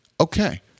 Okay